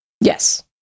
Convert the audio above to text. Yes